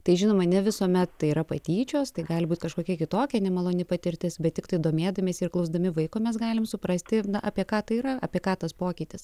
tai žinoma ne visuomet tai yra patyčios tai gali būti kažkokia kitokia nemaloni patirtis bet tiktai domėdamiesi ir klausdami vaiko mes galim suprasti apie ką tai yra apie ką tas pokytis